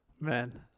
man